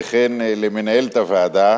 וכן למנהלת הוועדה,